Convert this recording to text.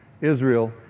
Israel